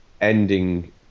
ending